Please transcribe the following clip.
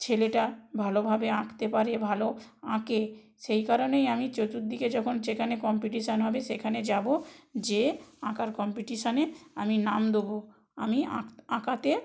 ছেলেটা ভালোভাবে আঁকতে পারে ভালো আঁকে সেই কারণেই আমি চতুর্দিকে যখন যেখানে কম্পিটিশান হবে সেখানে যাবো যেয়ে আঁকার কম্পিটিশানে আমি নাম দেবো আমি আঁকাতে